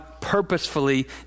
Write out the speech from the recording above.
purposefully